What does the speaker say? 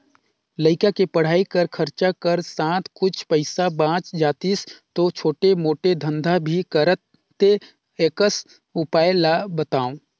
लइका के पढ़ाई कर खरचा कर साथ कुछ पईसा बाच जातिस तो छोटे मोटे धंधा भी करते एकस उपाय ला बताव?